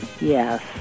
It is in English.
Yes